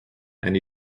and